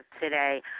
today